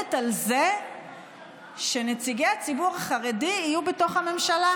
עומדת על זה שנציגי הציבור החרדי יהיו בתוך הממשלה,